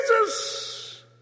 Jesus